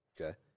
Okay